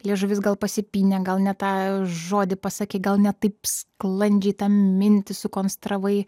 liežuvis gal pasipynė gal ne tą žodį pasakei gal ne taip sklandžiai tą mintį sukonstravai